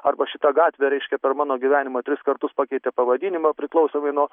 arba šita gatvė reiškia per mano gyvenimą tris kartus pakeitė pavadinimą priklausomai nuo